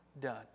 done